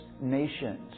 nations